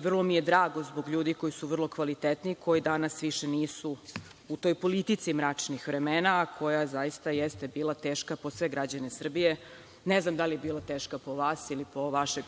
Vrlo mi je drago zbog ljudi koji su vrlo kvalitetni, koji danas više nisu u toj politici mračnih vremena, a koja zaista jeste bila teška po sve građane Srbije. Ne znam da li je bila teška po vas ili po vašeg